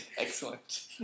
excellent